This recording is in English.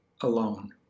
alone